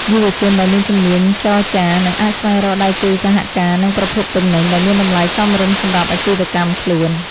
យុវជនដែលមានជំនាញចរចានឹងអាចស្វែងរកដៃគូសហការនិងប្រភពទំនិញ ដែលមានតម្លៃសមរម្យសម្រាប់អាជីវកម្មខ្លួន។